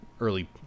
early